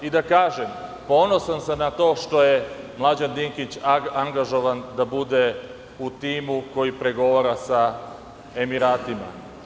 I da kažem, ponosan sam na to što je Mlađan Dinkić angažovan da bude u timu koji pregovara sa Emiratima.